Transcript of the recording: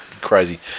crazy